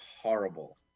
horrible